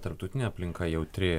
tarptautinė aplinka jautri